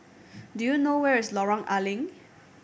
do you know where is Lorong A Leng